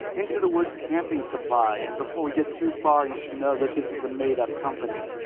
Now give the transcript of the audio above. into the woods camping supply. and before we get too far, you should know that this is a made up company.